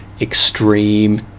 extreme